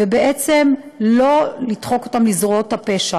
ובעצם לא לדחוק אותם לזרועות הפשע.